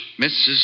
Mrs